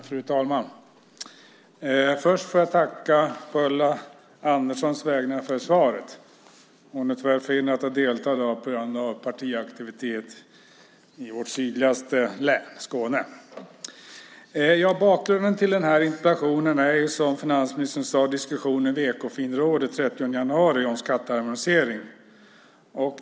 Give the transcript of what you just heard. Fru talman! Först får jag tacka, å Ulla Anderssons vägnar, för svaret. Hon är tyvärr förhindrad att delta i dag på grund av partiaktivitet i vårt sydligaste län, Skåne. Bakgrunden till den här interpellationen är ju, som finansministern sade, diskussionen i Ekofinrådet den 30 januari om skatteharmonisering.